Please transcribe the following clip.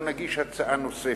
אנחנו נגיש הצעה נוספת,